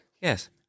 Yes